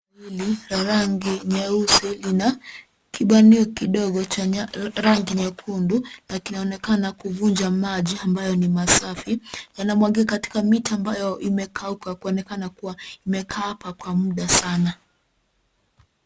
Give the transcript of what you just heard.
Hili la rangi nyeusi lina kibanio kidogo cha rangi nyekundu na kinaonekana kuvunja maji ambayo ni masafi yanamwagika katika miti ambayo imekauka kuonekana kua imekaa hapa kwa muda sana.